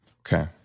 Okay